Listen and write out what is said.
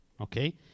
okay